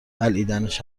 بلعیدنش